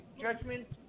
judgment